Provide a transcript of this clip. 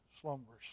slumbers